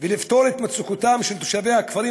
ולפתור את מצוקתם של תושבי הכפרים